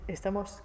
Estamos